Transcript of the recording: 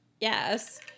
yes